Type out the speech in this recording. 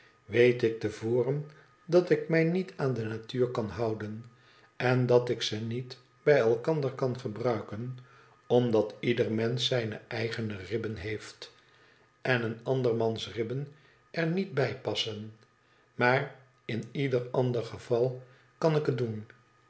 weet ik te voren dat ik mij niet aan de natuur kan houden en dat ik ze niet bij elkander kan gebnnken omdat ieder mensch zijne eigene ribben heeft en een ander mans ribben er niet bij passen maar in ieder ander geval kan ik het doen